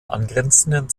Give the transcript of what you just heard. angrenzenden